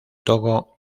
togo